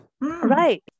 right